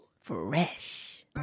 Fresh